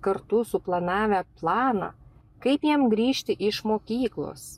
kartu suplanavę planą kaip jam grįžti iš mokyklos